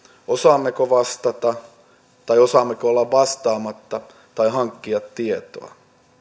osaammeko vastata tai osaammeko olla vastaamatta tai hankkia tietoa